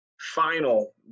final